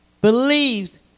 believes